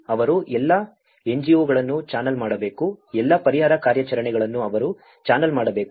ಅವರು ಎಲ್ಲಾ ಎನ್ಜಿಒಗಳನ್ನು ಚಾನಲ್ ಮಾಡಬೇಕು ಎಲ್ಲಾ ಪರಿಹಾರ ಕಾರ್ಯಾಚರಣೆಗಳನ್ನು ಅವರು ಚಾನೆಲ್ ಮಾಡಬೇಕು